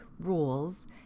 rules